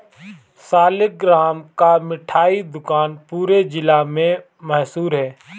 सालिगराम का मिठाई दुकान पूरे जिला में मशहूर है